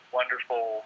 wonderful